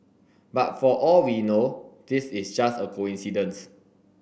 but for all we know this is just a coincidence